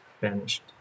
vanished